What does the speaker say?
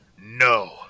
No